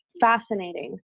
Fascinating